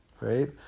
right